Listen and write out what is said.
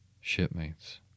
Shipmates